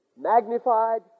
magnified